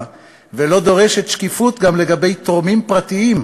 ולא דורשת שקיפות גם לגבי תורמים פרטיים,